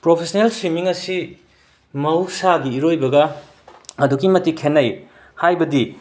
professional swimming ꯑꯁꯤ ꯃꯍꯧꯁꯥꯒꯤ ꯏꯔꯣꯏꯕꯒ ꯑꯗꯨꯛꯀꯤ ꯃꯇꯤꯛ ꯈꯦꯠꯅꯩ ꯍꯥꯏꯕꯗꯤ